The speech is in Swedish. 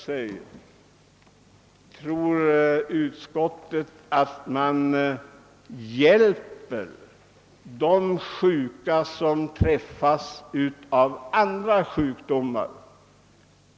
Men tror utskottet att man därigenom hjälper de personer som drabbas av andra sjukdomar?